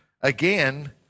again